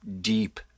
deep